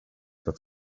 that